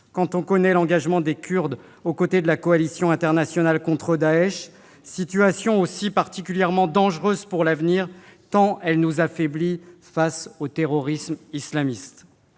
quand on connaît l'engagement des Kurdes aux côtés de la coalition internationale contre Daech et particulièrement dangereuse pour l'avenir, tant elle nous affaiblit face au terrorisme islamiste.